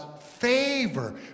favor